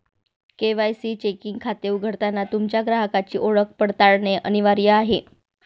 KYC checking खाते उघडताना तुमच्या ग्राहकाची ओळख पडताळणे अनिवार्य आहे